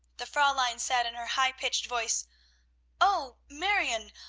the fraulein said in her high-pitched voice o marione!